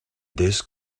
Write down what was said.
this